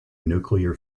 nuclear